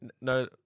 no